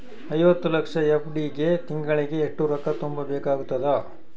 ಐವತ್ತು ಲಕ್ಷ ಎಫ್.ಡಿ ಗೆ ತಿಂಗಳಿಗೆ ಎಷ್ಟು ರೊಕ್ಕ ತುಂಬಾ ಬೇಕಾಗತದ?